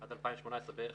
עד 2018, בערך